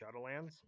Shadowlands